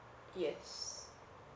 yes